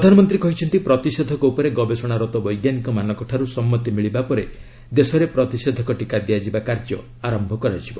ପ୍ରଧାନମନ୍ତ୍ରୀ କହିଛନ୍ତି ପ୍ରତିଷେଧକ ଉପରେ ଗବେଷଣାରତ ବୈଜ୍ଞାନିକମାନଙ୍କ ଠାରୁ ସମ୍ମତି ମିଳିବା ପରେ ଦେଶରେ ପ୍ରତିଷେଧକ ଟିକା ଦିଆଯିବା କାର୍ଯ୍ୟ ଆରମ୍ଭ ହେବ